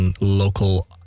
local